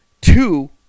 two